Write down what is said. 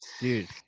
dude